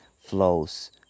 flows